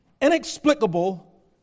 inexplicable